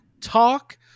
talk